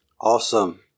Awesome